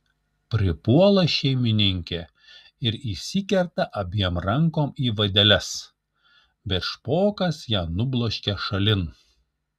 pripuola šeimininkė ir įsikerta abiem rankom į vadeles bet špokas ją nubloškia šalin